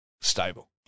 stable